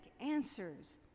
answers